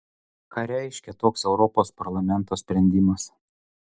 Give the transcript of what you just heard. ką reiškia toks europos parlamento sprendimas